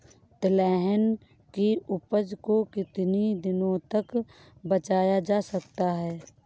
तिलहन की उपज को कितनी दिनों तक बचाया जा सकता है?